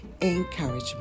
encouragement